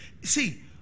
See